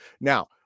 Now